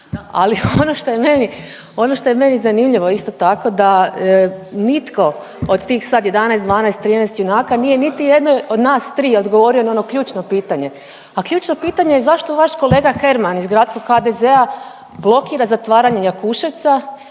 meni, ono što je meni zanimljivo isto tako da nitko od tih sad 11, 12, 13 junaka nije niti jednoj od nas tri odgovorio na ono ključno pitanje, a ključno pitanje je zašto vaš kolega Herman iz gradskog HDZ-a blokira zatvaranje Jakuševca